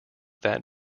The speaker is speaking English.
that